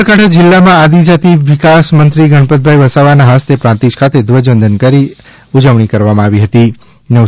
સાબરકાંઠા જીલ્લામાં આદિજાતિ વિકાસમંત્રી ગણપત વસાવાના હસ્તે પ્રાતિંજ ખાતે ધ્વજવંદન કરવામાં આવ્યું હતું